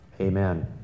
Amen